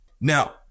Now